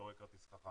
קורא כרטיס חכם.